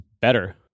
better